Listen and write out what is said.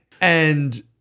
And-